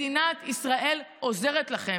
מדינת ישראל עוזרת לכם,